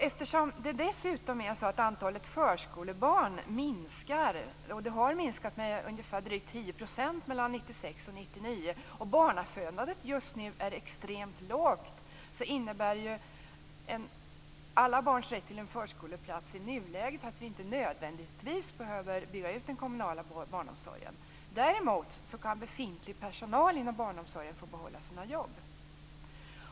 1996 och 1999 minskade de med 10 %- och eftersom barnafödandet just nu är extremt lågt, innebär alla barns rätt till en förskoleplats i nuläget inte nödvändigtvis att vi behöver bygga ut den kommunala barnomsorgen. Däremot kan befintlig personal inom barnomsorgen få behålla sina jobb.